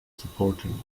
supporting